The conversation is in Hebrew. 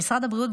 במשרד הבריאות,